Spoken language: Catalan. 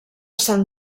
sant